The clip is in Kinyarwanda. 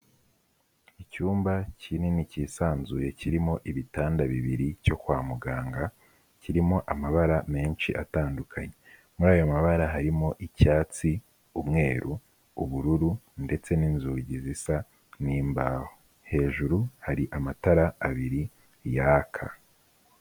Icyumba kinini cyisanzuye, kirimo ibitanda bibiri, cyo kwa muganga, kirimo amabara menshi atandukanye, muri ayo mabara harimo: icyatsi, umweru, ubururu ndetse n'inzugi zisa n'imbaho, hejuru hari amatara abiri yaka.